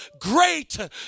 great